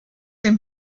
den